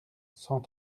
cent